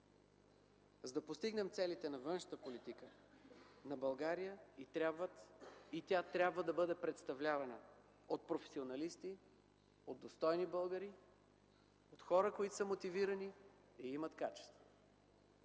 За да постигнем целите на външната политика, на България й трябват и тя трябва да бъде представлявана от професионалисти, от достойни българи, от хора, които са мотивирани и имат качества.